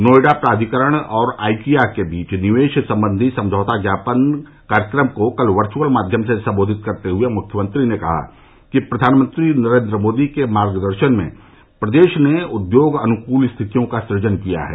नोएडा प्राधिकरण और आइकिया के बीच निवेश सम्बन्धी समझौता ज्ञापन कार्यक्रम को कल वर्चअल माध्यम से सम्बोधित करते हये मुख्यमंत्री ने कहा कि प्रधानमंत्री नरेन्द्र मोदी के मार्गदर्शन में प्रदेश ने उद्यम अनुकूल स्थितियों का सुजन किया है